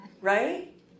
right